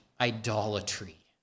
idolatry